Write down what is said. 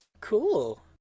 cool